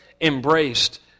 embraced